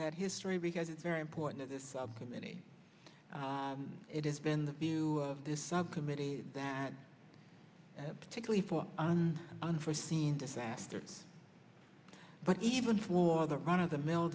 that history because it's very important to this committee it has been the view of this subcommittee that particularly for unforseen disaster but even for the run of the mill